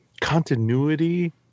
continuity